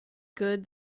good